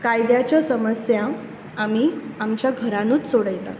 कायद्याचो समस्या आमी आमच्या घरांतूच सोडयतात